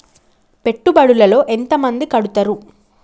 పెట్టుబడుల లో ఎంత మంది కడుతరు?